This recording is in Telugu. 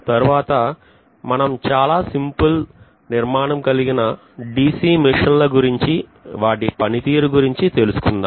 తర్వాత మనం చాలా చాలా సింపుల్ నిర్మాణం కలిగిన DC మిషన్ల గురించి వాటి పనితీరు గురించి తెలుసుకుందాం